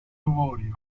avorio